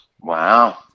Wow